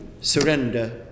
surrender